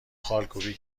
خالکوبی